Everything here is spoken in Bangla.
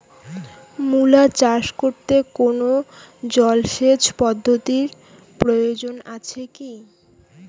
মূলা চাষ করতে কোনো জলসেচ পদ্ধতির প্রয়োজন আছে কী?